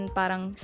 parang